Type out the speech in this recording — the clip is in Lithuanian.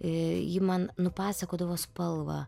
ji man nupasakodavo spalvą